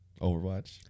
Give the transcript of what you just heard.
Overwatch